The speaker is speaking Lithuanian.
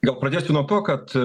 gal pradėsiu nuo to kad